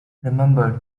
remember